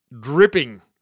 dripping